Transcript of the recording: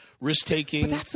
risk-taking